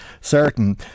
certain